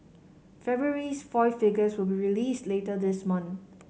February's foil figures will be released later this month